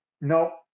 No